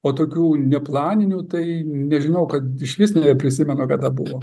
o tokių neplaninių tai nežinau kad išvis neprisimenu kada buvo